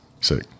Sick